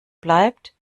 bleibt